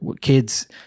kid's